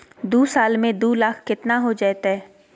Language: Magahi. दू साल में दू लाख केतना हो जयते?